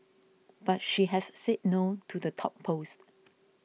but she has said no to the top post